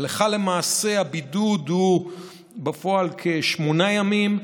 הלכה למעשה, הבידוד הוא בפועל כשמונה ימים,